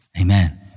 Amen